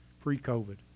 pre-COVID